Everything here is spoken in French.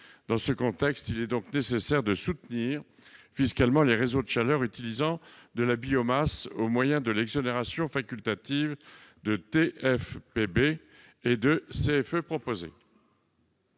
Dans ce contexte, il est nécessaire de soutenir fiscalement les réseaux de chaleur utilisant de la biomasse, au moyen de l'exonération facultative de TFPB et de CFE qui est